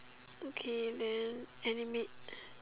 okay man animate